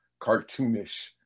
cartoonish